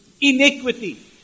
Iniquity